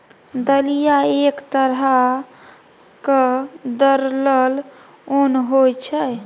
दलिया एक तरहक दरलल ओन होइ छै